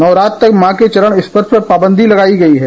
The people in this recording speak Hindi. नवरात्रि तक माँ के चरण स्पर्श पर पाबंदी लगाई गई है